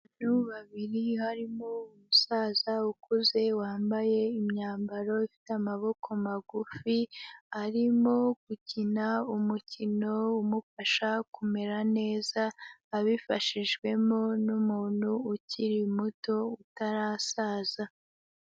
Abantu babiri harimo umusaza ukuze wambaye imyambaro ifite amaboko magufi, arimo gukina umukino umufasha kumera neza, abifashijwemo n'umuntu ukiri muto utarasaza.